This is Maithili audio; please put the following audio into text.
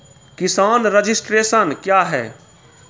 किसान रजिस्ट्रेशन क्या हैं?